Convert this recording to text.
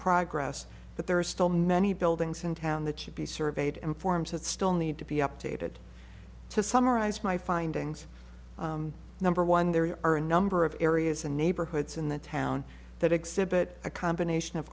progress that there are still many buildings in town that should be surveyed and forms that still need to be updated to summarize my findings number one there are a number of areas and neighborhoods in the town that exhibit a combination of